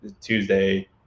Tuesday